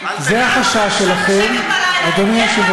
שנאחז בכיסאו וכולכם מגינים עליו.